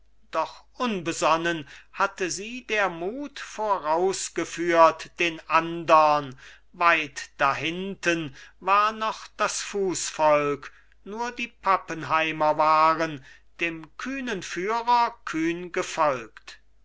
doch unbesonnen hatte sie der mut vorausgeführt den andern weit dahinten war noch das fußvolk nur die pappenheimer waren dem kühnen führer kühn gefolgt